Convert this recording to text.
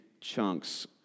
chunks